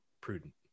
prudent